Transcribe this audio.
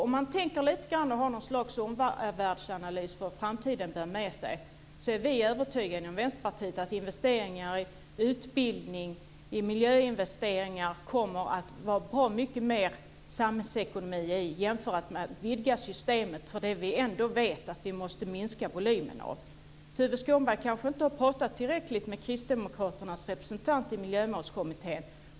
Om man tänker lite grann och gör något slags omvärldsanalys av vad framtiden bär med sig är vi inom Vänsterpartiet övertygade om att man kommer fram till att det är bra mycket mer samhällsekonomi i investeringar i utbildning och miljö jämfört med om man vidgar systemet. Vi vet ändå att vi måste minska volymen. Tuve Skånberg har kanske inte pratat tillräckligt med kristdemokraternas representant i Miljömålskommittén.